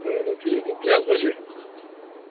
چَلو ٹھیٖک حظ ترٛےٚ حظ بَجے